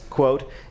quote